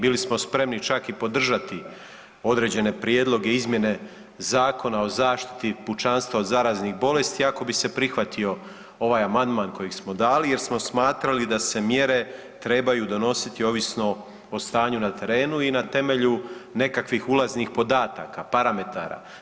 Bili smo spremni čak i podržati određene prijedloge i izmjene Zakona o zaštiti pučanstva od zaraznih bolesti ako bi se prihvatio ovaj amandman kojeg smo dali jer smo smatrali da se mjere trebaju donositi ovisno o stanju na terenu i na temelju nekakvih ulaznih podataka, parametara.